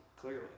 clearly